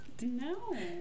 No